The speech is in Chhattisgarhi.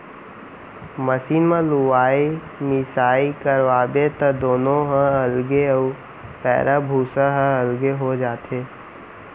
मसीन म लुवाई मिसाई करवाबे त दाना ह अलगे अउ पैरा भूसा ह अलगे हो जाथे